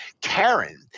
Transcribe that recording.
Karen